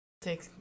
take